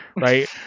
right